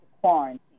quarantine